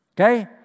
Okay